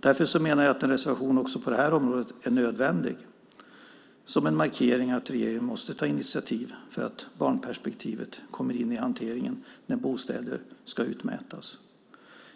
Därför menar jag att en reservation också på det här området är nödvändig som en markering av att regeringen måste ta initiativ för att ett barnperspektiv kommer in i hanteringen när bostäder ska utmätas.